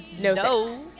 no